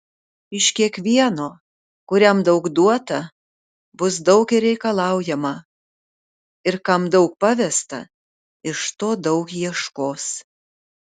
iš kiekvieno kuriam daug duota bus daug ir reikalaujama ir kam daug pavesta iš to daug ieškos